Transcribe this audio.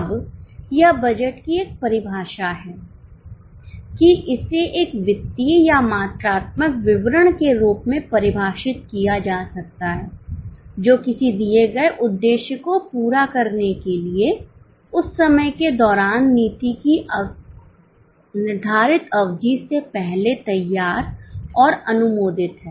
अब यह बजट की एक परिभाषा है कि इसे एक वित्तीय या मात्रात्मक विवरण के रूप में परिभाषित किया जा सकता है जो किसी दिए गए उद्देश्य को पूरा करने के लिए उस समय के दौरान नीति की निर्धारित अवधि से पहले तैयार और अनुमोदित है